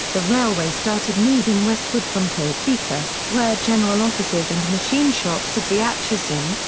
the railway started moving westward from topeka, where general offices and machine shops of the atchison,